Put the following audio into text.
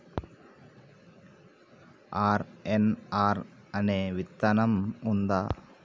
RNR అనే విత్తనం ఉందా?